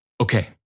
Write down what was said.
Okay